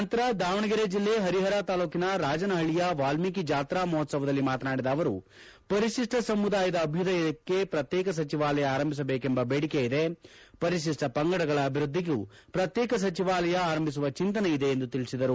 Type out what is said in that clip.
ನಂತರ ದಾವಣಗೆರೆ ಜಿಲ್ಲೆ ಹರಿಹರ ತಾಲೂಕಿನ ರಾಜನಹಳ್ಳಿಯ ವಾಲ್ಮೀಕಿ ಜಾತ್ರಾ ಮಹೋತ್ಸವದಲ್ಲಿ ಮಾತನಾಡಿದ ಅವರು ಪರಿಶಿಷ್ಟ ಸಮುದಾಯದ ಅಭ್ಯುದಯಕ್ಕೆ ಪ್ರತ್ಯೇಕ ಸಚಿವಾಲಯ ಆರಂಭಿಸಬೇಕೆಂಬ ಬೇಡಿಕೆ ಇದೆ ಪರಿಶಿಷ್ಟ ಪಂಗಡಗಳ ಅಭಿವೃದ್ದಿಗೂ ಪ್ರತ್ಯೇಕ ಸಚಿವಾಲಯ ಆರಂಭಿಸುವ ಚಿಂತನೆ ಇದೆ ಎಂದು ತಿಳಿಸಿದರು